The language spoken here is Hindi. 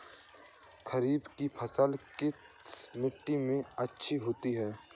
खरीफ की फसल किस मिट्टी में अच्छी होती है?